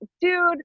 dude